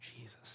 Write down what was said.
Jesus